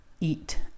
eat